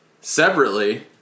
Separately